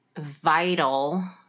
vital